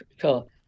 cool